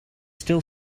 still